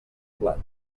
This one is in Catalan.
plat